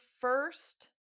first